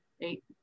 eight